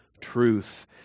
Truth